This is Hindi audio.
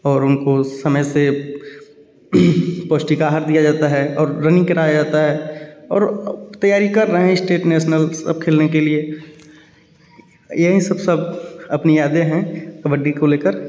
और उनको समय से पौष्टिक आहार दिया जाता है और रनिंग कराया जाता है और तैयारी कर रहें इश्टेट नेसनलज़ सब खेलने के लिए यही सब सब अपनी यादे हैं कबड्डी को लेकर